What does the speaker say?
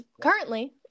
currently